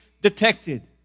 detected